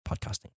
podcasting